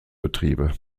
betriebe